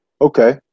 okay